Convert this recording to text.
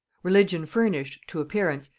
religion furnished, to appearance,